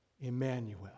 Emmanuel